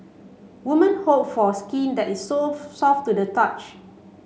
women hope for skin that is soft to the touch